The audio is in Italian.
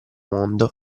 mondo